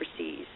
overseas